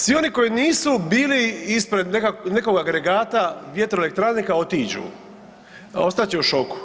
Svi oni koji nisu bili ispred nekog agregata vjetroelektrane neka otiđu, ostat će u šoku.